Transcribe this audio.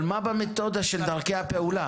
אבל מה במתודה של דרכי הפעולה?